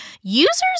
users